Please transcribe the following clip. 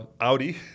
Audi